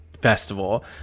festival